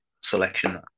selection